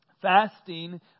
fasting